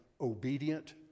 obedient